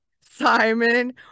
Simon